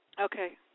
Okay